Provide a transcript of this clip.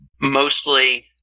mostly